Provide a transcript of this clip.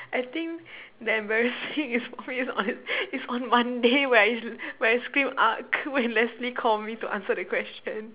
I think the embarrassing is on is on Monday right when I screamed argh when Leslie called me to answer the question